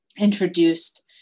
introduced